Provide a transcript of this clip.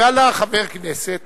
ועלה חבר כנסת